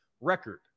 record